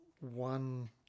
one